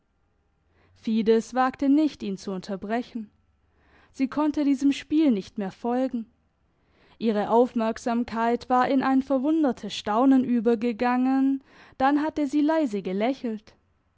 fides wagte nicht ihn zu unterbrechen sie konnte diesem spiel nicht mehr folgen ihre aufmerksamkeit war in ein verwundertes staunen übergegangen dann hatte sie leise gelächelt